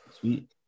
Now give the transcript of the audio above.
Sweet